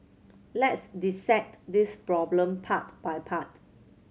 let's dissect this problem part by part